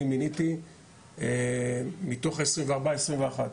אני מיניתי מתוך העשרים וארבעה עשרים ואחד.